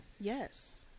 Yes